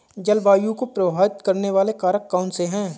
जलवायु को प्रभावित करने वाले कारक कौनसे हैं?